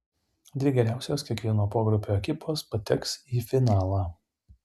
dvi geriausios kiekvieno pogrupio ekipos pateks į finalą